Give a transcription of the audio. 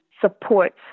supports